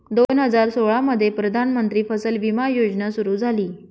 दोन हजार सोळामध्ये प्रधानमंत्री फसल विमा योजना सुरू झाली